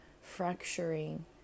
fracturing